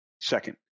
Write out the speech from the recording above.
Second